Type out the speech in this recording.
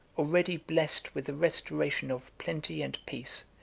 already blessed with the restoration of plenty and peace,